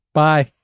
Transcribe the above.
bye